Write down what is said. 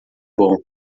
bom